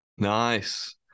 Nice